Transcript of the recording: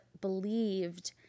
believed